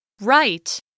Right